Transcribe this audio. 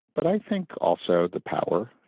but i think also the power,